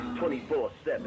24-7